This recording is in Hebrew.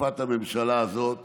בתקופת הממשלה הזאת